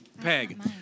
Peg